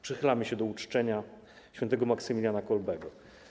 Przychylamy się do uczczenia św. Maksymiliana Kolbego.